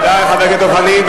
תודה לחבר הכנסת דב חנין.